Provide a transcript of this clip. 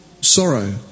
sorrow